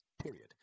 period